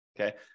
Okay